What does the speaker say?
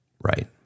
Right